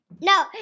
No